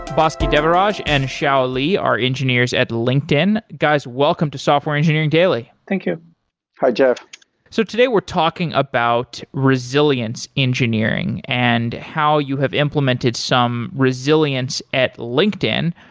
bhaskaran devaraj and shao li are engineers at linkedin. guys, welcome to software engineering daily thank you hi, jeff so today we're talking about resilience engineering and how you have implemented implemented some resilience at linkedin.